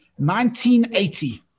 1980